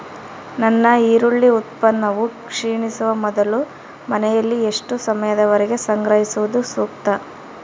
ನನ್ನ ಈರುಳ್ಳಿ ಉತ್ಪನ್ನವು ಕ್ಷೇಣಿಸುವ ಮೊದಲು ಮನೆಯಲ್ಲಿ ಎಷ್ಟು ಸಮಯದವರೆಗೆ ಸಂಗ್ರಹಿಸುವುದು ಸೂಕ್ತ?